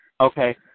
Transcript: Okay